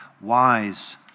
wise